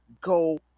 go